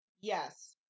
yes